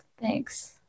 Thanks